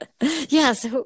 Yes